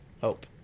hope